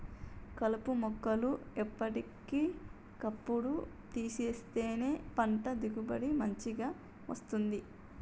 కలుపు మొక్కలు ఎప్పటి కప్పుడు తీసేస్తేనే పంట దిగుబడి మంచిగ వస్తది